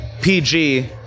PG